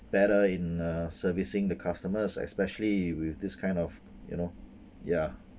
better in uh servicing the customers especially with this kind of you know ya